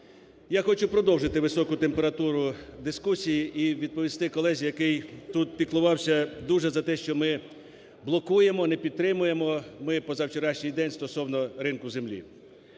Я хочу продовжити високу температуру дискусії і відповісти колезі, який тут піклувався дуже за те, що ми блокуємо, не підтримуємо ми позавчорашній день стосовно ринку землі.